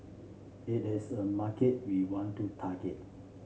it is a market we want to target